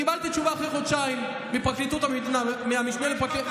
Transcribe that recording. קיבלתי תשובה מהייעוץ המשפטי,